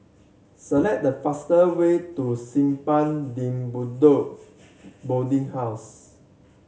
select the faster way to Simpang De Bedok Boarding House